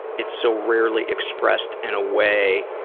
it's so rarely expressed in a way